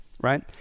Right